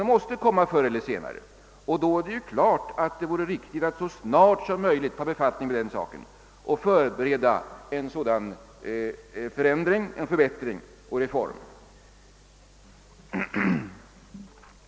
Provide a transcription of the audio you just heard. Därför är det riktigt att så snart som möjligt ta befattning med den saken och förbereda en sådan reform.